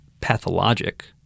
pathologic